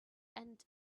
end